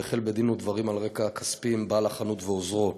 והחל בדין ודברים על רקע כספי עם בעל החנות ועוזרו.